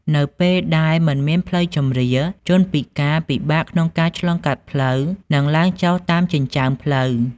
នៅពេលដែលមិនមានផ្លូវជម្រាល ជនពិការពិបាកក្នុងការឆ្លងកាត់ផ្លូវ និងឡើងចុះតាមចិញ្ចើមផ្លូវ។